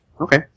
Okay